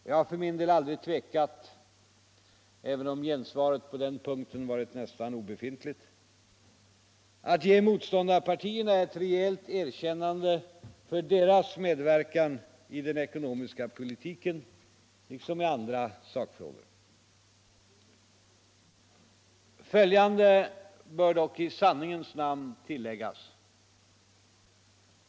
Jag har för min del aldrig tvekat — även om gensvaret på den punkten varit nästan obefintligt — att ge motståndarpartierna ett rejält erkännande för deras medverkan i den ekonomiska politiken liksom i andra sakfrågor. Följande bör dock i sanningens namn tillfogas.